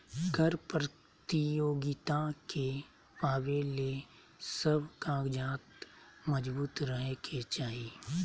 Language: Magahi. कर प्रतियोगिता के पावे ले सब कागजात मजबूत रहे के चाही